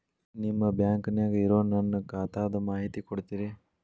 ನಿಮ್ಮ ಬ್ಯಾಂಕನ್ಯಾಗ ಇರೊ ನನ್ನ ಖಾತಾದ ಮಾಹಿತಿ ಕೊಡ್ತೇರಿ?